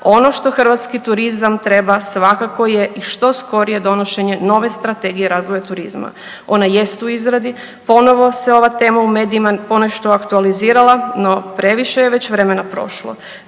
ono što hrvatski turizam treba svakako je i što skorije donošenje nove strategije razvoja turizma. Ona jest u izradi, ponovo se ova tema u medijima ponešto aktualizirala, no previše je već vremena prošlo.